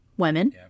Women